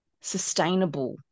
sustainable